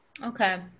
Okay